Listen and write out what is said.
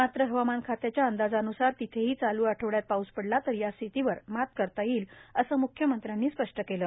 मात्र हवामान खात्याच्या अंदाजान्सार तेथेही चालू आठवड्यात पाऊस पडला तर या स्थितीवर मात करता येईल असे म्ख्यमंत्र्यांनी स्पष्ट केले